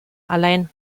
allein